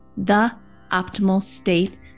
theoptimalstate